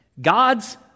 God's